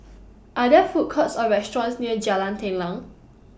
Are There Food Courts Or restaurants near Jalan Telang